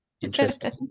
Interesting